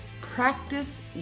practice